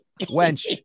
wench